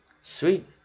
Sweet